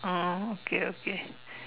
oh okay okay